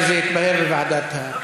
קרוב לוודאי שזה יתברר בוועדת האתיקה.